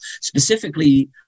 Specifically